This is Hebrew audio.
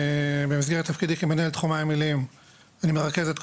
במסגרת תפקידי כמנהל תחום מים עיליים אני מרכז כל